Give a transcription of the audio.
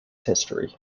history